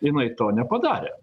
jinai to nepadarė